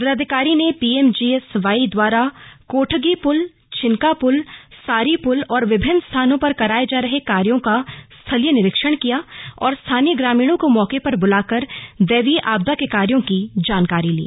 जिलाधिकारी ने पीएमजीएसवाई द्वारा कोठगी पुल छिनका पुल सारी पुल और विभिन्न स्थानों पर कराये जा रहे कार्यों का स्थलीय निरीक्षण किया और स्थानीय ग्रामीणों को मौके पर बुलाकर दैवीय आपदा के कार्यो की जानकारी ली